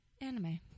anime